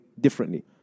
differently